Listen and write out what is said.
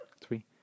three